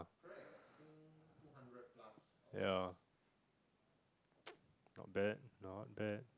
ya not bad not bad